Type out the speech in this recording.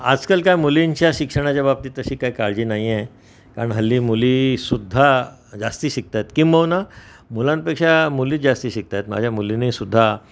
आजकाल का मुलींच्या शिक्षणाच्या बाबतीत तशी काय काळजी नाही आहे कारण हल्ली मुलीसुद्धा जास्ती शिकतात किंबहुना मुलांपेक्षा मुली जास्ती शिकतात माझ्या मुलीनीसुद्धा